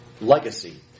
legacy